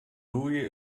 luis